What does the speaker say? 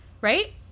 Right